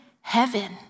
heaven